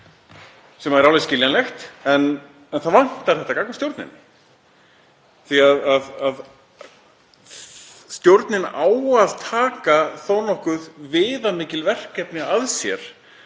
sem er alveg skiljanlegt. En það vantar þetta gagnvart stjórninni því að stjórnin á að taka þó nokkuð viðamikil verkefni að sér